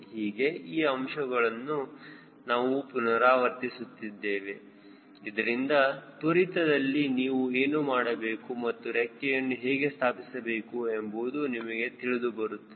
ಹೀಗೆ ಈ ಅಂಶವನ್ನು ನಾವು ಪುನರಾವರ್ತಿಸುತ್ತಿದೆ ಇದರಿಂದ ತ್ವರಿತದಲ್ಲಿ ನೀವು ಏನು ಮಾಡಬೇಕು ಮತ್ತು ರೆಕ್ಕೆಯನ್ನು ಹೇಗೆ ಸ್ಥಾಪಿಸಬೇಕು ಎಂಬುದು ನಿಮಗೆ ತಿಳಿದುಬರುತ್ತದೆ